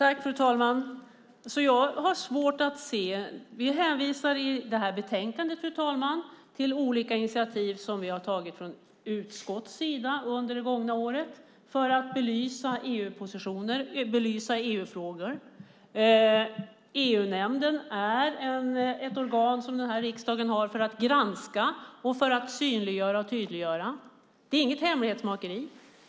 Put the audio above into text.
Fru talman! Jag har svårt att se det. Vi hänvisar i det här betänkandet till olika initiativ som vi har tagit från utskottets sida för att belysa EU-frågor. EU-nämnden är ett organ som riksdagen har för att granska, synliggöra och tydliggöra. Det är inget hemlighetsmakeri.